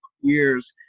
years